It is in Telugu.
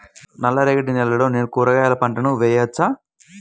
నల్ల రేగడి నేలలో నేను కూరగాయల పంటను వేయచ్చా?